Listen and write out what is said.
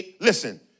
listen